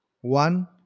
One